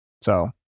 So-